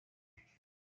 siete